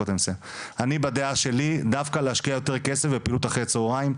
אני בדעה שלי דווקא להשקיע יותר כסף בפעילות אחר הצהריים,